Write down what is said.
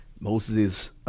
Moses